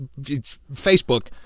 Facebook